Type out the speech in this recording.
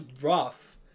rough